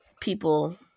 People